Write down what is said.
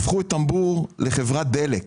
אבל הפכו את טמבור לחברת דלק.